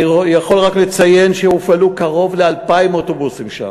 אני יכול רק לציין שהופעלו קרוב ל-2,000 אוטובוסים שם.